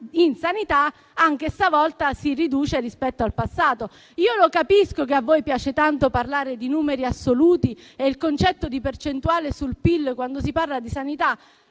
anche stavolta si riduce rispetto al passato. Capisco che a voi piace tanto parlare di numeri assoluti e il concetto di percentuale sul PIL, quando si parla di sanità,